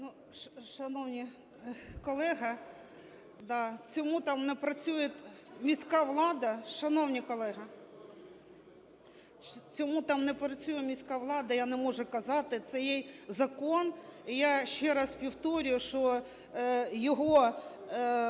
Шановний колего, чому там не працює міська влада, я не можу казати, це є закон. І я ще раз повторюю, що його значення